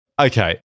Okay